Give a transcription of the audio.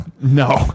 No